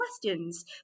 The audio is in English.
questions